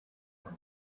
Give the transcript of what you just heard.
from